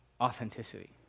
authenticity